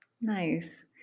Nice